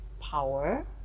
power